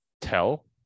tell